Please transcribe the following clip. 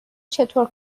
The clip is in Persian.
چطور